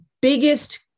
biggest